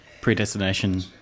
Predestination